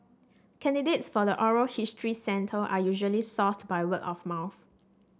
candidates for the oral history centre are usually sourced by word of mouth